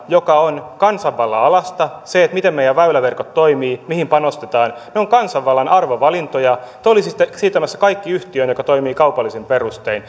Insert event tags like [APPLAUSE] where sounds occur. joka on kansanvallan alaista se miten meidän väyläverkot toimii mihin panostetaan on kansanvallan arvovalintoja te olisitte siirtämässä kaiken yhtiöön joka toimii kaupallisin perustein [UNINTELLIGIBLE]